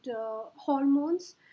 hormones